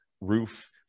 roof